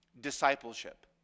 discipleship